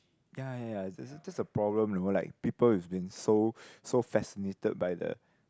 ya ya ya that's a problem know like people is been so so fascinated by the